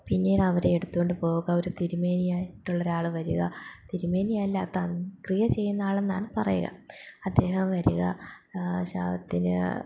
പിന്നീട് അവരെ എടുത്തുകൊണ്ട് പോവുക ഒരു തിരുമേനിയായിട്ടുള്ള ഒരാൾ വരിക തിരുമേനിയല്ലാത്ത ക്രിയ ചെയ്യുന്ന ആളെന്നാണ് പറയുക അദ്ദേഹം വരിക ശവത്തിന്